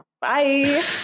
Bye